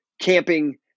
camping